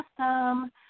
awesome